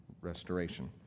restoration